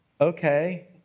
okay